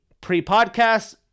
pre-podcast